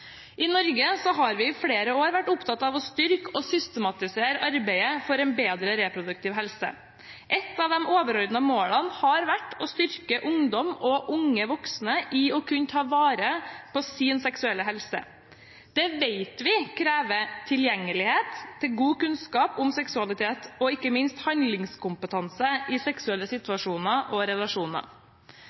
I Norge har vi i flere år vært opptatt av å styrke og systematisere arbeidet for en bedre reproduktiv helse. Et av de overordnede målene har vært å styrke ungdom og unge voksne i å kunne ta vare på sin seksuelle helse. Det vet vi krever tilgjengelighet til god kunnskap om seksualitet, og ikke minst handlingskompetanse i seksuelle situasjoner og relasjoner.